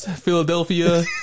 Philadelphia